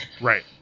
Right